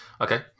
Okay